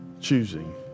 choosing